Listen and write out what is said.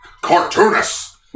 Cartoonist